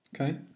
Okay